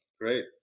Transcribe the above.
great